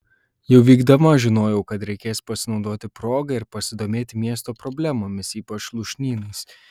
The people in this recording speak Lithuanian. jau vykdama žinojau kad reikės pasinaudoti proga ir pasidomėti miesto problemomis ypač lūšnynais